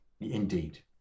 Indeed